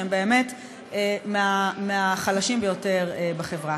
שהם באמת מהחלשים ביותר בחברה.